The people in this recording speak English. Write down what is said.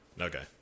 Okay